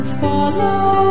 follow